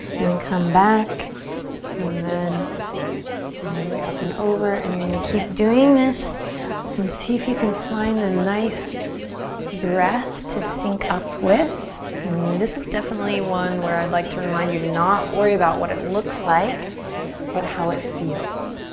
and then come back and then all the way up and over. and you're gonna keep doing this and see if you can find a nice breath to sync up with. and this is definitely one where i like to remind you to not worry about what it looks like but how it feels.